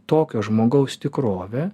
tokio žmogaus tikrovę